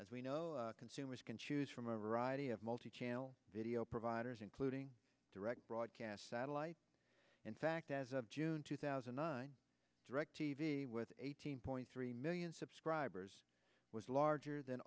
as we know consumers can choose from a variety of multichannel video providers including direct broadcast satellite in fact as of june two thousand and nine directv with eighteen point three million subscribers was larger than